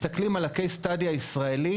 מסתכלים על הקייס סטאדי הישראלי,